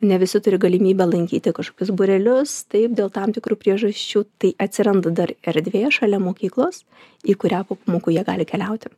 ne visi turi galimybę lankyti kažkokius būrelius taip dėl tam tikrų priežasčių tai atsiranda dar erdvė šalia mokyklos į kurią po pamokų jie gali keliauti